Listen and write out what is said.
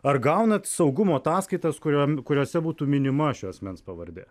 ar gaunat saugumo ataskaitas kurioms kuriose būtų minima šio asmens pavardė